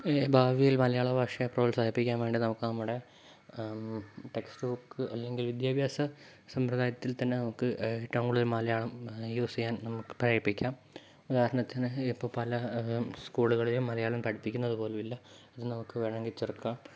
ഭാവിയിൽ മലയാള ഭാഷയെ പ്രോത്സാഹിപ്പിക്കാൻ വേണ്ടി നമുക്ക് നമ്മുടെ ടെക്സ്റ്റ് ബുക്ക് അല്ലെങ്കിൽ വിദ്യാഭ്യാസ സമ്പ്രദായത്തിൽ തന്നെ നമുക്ക് ടൗണിൽ മലയാളം യൂസ് ചെയ്യാൻ നമുക്ക് പ്രേരിപ്പിക്കാം ഉദാഹരണത്തിന് ഇപ്പോൾ പല സ്കൂളുകളിലും മലയാളം പഠിപ്പിക്കുന്നത് പോലുമില്ല അത് നമുക്ക് വേണമെങ്കിൽ ചെറുക്കാം